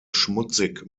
schmutzig